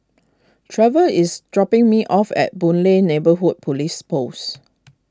Trevor is dropping me off at Boon Lay Neighbourhood Police Post